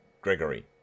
Gregory